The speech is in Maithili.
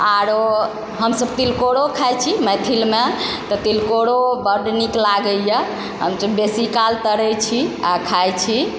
आरो हमसब तिलकोरो खाइछी मैथिलमे तऽ तिलकोरो बड्ड नीक लागैए हम तऽ बेसीकाल तरैइ छी आओर खाइ छी